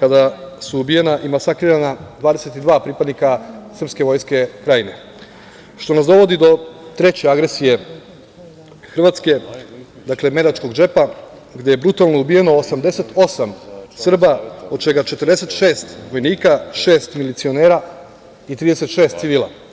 kada su ubijena i masakrirana 22 pripadnika srpske vojske Krajine, što nas dovodi do treće agresije Hrvatske, dakle Medačkog džepa, gde je brutalno ubijeno 88 Srba, od čega 46 vojnika, šest milicionera i 36 civila.